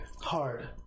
hard